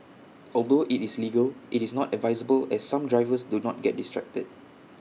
although IT is legal IT is not advisable as some drivers do get distracted